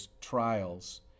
trials